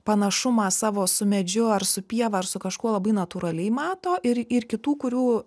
panašumą savo su medžiu ar su pieva ar su kažkuo labai natūraliai mato ir ir kitų kurių